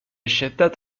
شدت